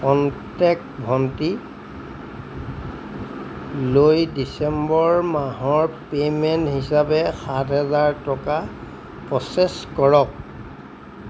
contact ভণ্টিলৈ December মাহৰ payment হিচাপে সাত হাজাৰ টকা প্ৰ'চেছ কৰক